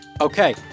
Okay